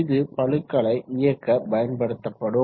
இது பளுக்களை இயக்க பயன்படுத்தப்படும்